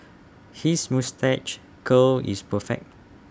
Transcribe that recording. his moustache curl is perfect